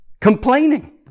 Complaining